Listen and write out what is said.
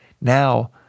now